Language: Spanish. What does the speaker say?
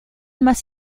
más